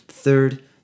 Third